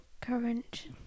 Current